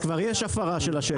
זאת אומרת, כבר יש הפרה של השטח.